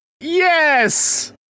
Yes